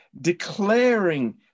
declaring